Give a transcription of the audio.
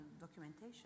documentation